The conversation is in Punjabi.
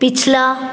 ਪਿਛਲਾ